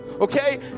Okay